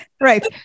Right